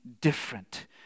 different